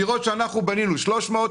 אנחנו בנינו 300 אלף,